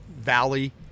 valley